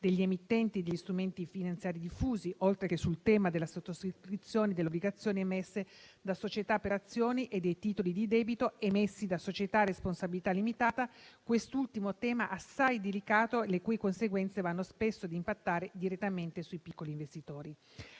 degli emittenti di strumenti finanziari diffusi, oltre che sul tema della sottoscrizione delle obbligazioni emesse da società per azioni e dei titoli di debito emessi da società a responsabilità limitata (quest'ultimo è un tema assai delicato, le cui conseguenze vanno spesso a impattare direttamente sui piccoli investitori).